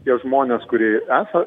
tie žmonės kurie esą